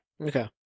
Okay